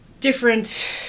different